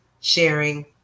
sharing